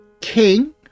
king